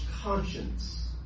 conscience